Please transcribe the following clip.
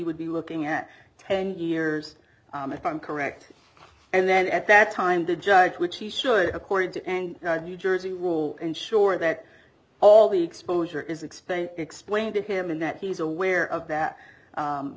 would be looking at ten years if i'm correct and then at that time the judge which he should according to and new jersey will ensure that all the exposure is explained explain to him and that he's aware of that